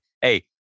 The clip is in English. Hey